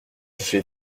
j’ai